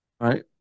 Right